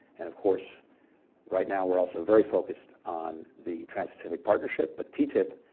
and of course right now we're also very focused on the trans-pacific partnership. but ttip,